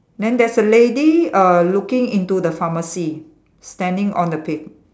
then there's a lady uh looking into the pharmacy standing on the pave